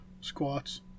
squats